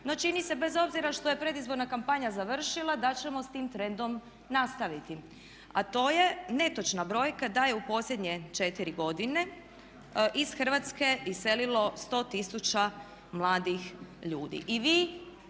No, čini se bez obzira što je predizborna kampanja završila da ćemo s tim trendom nastaviti, a to je netočna brojka da je u posljednje četiri godine iz Hrvatske iselilo 100 000 mladih ljudi.